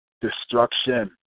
destruction